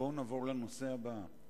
בואו נעבור לנושא הבא.